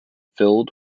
filled